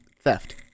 theft